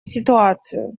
ситуацию